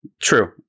True